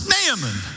Naaman